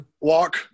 walk